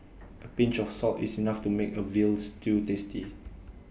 A pinch of salt is enough to make A Veal Stew tasty